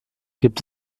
gibt